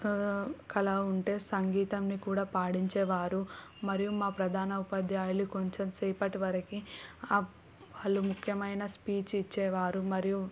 కళ ఉంటే సంగీతంని కూడా పాడించేవారు మరియు మా ప్రధానోపాధ్యాయులు కొంచెం సేపటి వరకు అప్ వాళ్ళు ముఖ్యమైన స్పీచ్ ఇచ్చేవారు మరియు